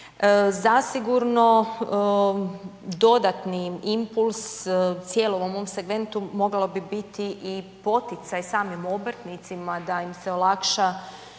Zasigurno dodatni impuls cijelom ovom segmentu mogla bi biti i poticaj samim obrtnicima da im se olakša